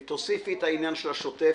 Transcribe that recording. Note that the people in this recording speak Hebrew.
טוב, תוסיפי את ענין השוטף.